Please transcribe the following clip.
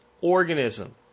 organism